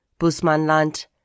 Busmanland